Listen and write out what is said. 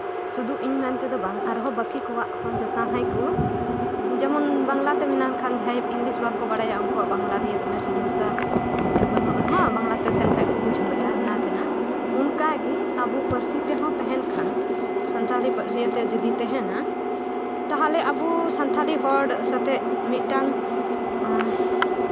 ᱥᱩᱫᱷᱩ ᱤᱧ ᱢᱮᱱ ᱛᱮᱫᱚ ᱵᱟᱝ ᱟᱨᱦᱚᱸ ᱵᱟᱹᱠᱤ ᱠᱚᱣᱟᱜ ᱦᱚᱸ ᱡᱮᱢᱚᱱ ᱵᱟᱝᱞᱟᱛᱮ ᱢᱮᱱᱟᱜ ᱠᱷᱟᱱ ᱡᱮᱢᱚᱱ ᱤᱝᱞᱤᱥ ᱵᱟᱝᱠᱚ ᱵᱟᱲᱟᱭᱟ ᱩᱱᱠᱩ ᱵᱟᱝᱞᱟ ᱨᱮᱭᱟᱜ ᱫᱚᱢᱮ ᱥᱚᱢᱚᱥᱥᱟ ᱵᱟᱹᱱᱩᱜ ᱨᱮᱦᱚᱸ ᱵᱟᱝᱞᱟᱛᱮ ᱛᱟᱸᱦᱮᱱ ᱠᱷᱟᱡ ᱠᱚ ᱵᱩᱡᱷᱟᱹᱣ ᱮᱫᱼᱟ ᱚᱯᱱᱠᱟᱜᱮ ᱟᱵᱚ ᱯᱟᱹᱨᱥᱤ ᱛᱮᱦᱚᱸ ᱛᱟᱸᱦᱱᱮᱢᱱ ᱠᱷᱟᱡ ᱥᱟᱱᱛᱟᱞᱤ ᱯᱟᱹᱨᱥᱤᱛᱮ ᱡᱚᱫᱤ ᱛᱟᱸᱦᱮᱱᱟ ᱛᱟᱦᱞᱮ ᱟᱵᱚ ᱥᱟᱱᱛᱟᱲᱤ ᱦᱚᱲ ᱥᱟᱶᱛᱮ ᱢᱤᱫᱴᱟᱝ ᱟᱜ